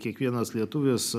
kiekvienas lietuvis